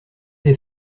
des